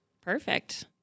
perfect